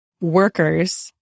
workers